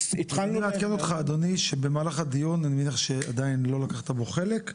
תן לנו לעדכן אותך שבמהלך הדיון, שלא לקחת בו חלק,